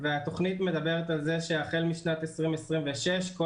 התוכנית מדברת על זה שהחל משנת 2026 כל